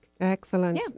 Excellent